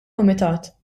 kumitat